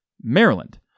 Maryland